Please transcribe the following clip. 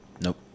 Nope